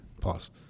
Pause